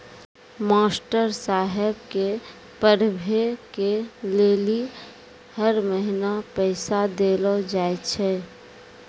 master साहेब के पढ़बै के लेली हर महीना पैसा देलो जाय छै